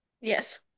Yes